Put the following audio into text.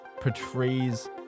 portrays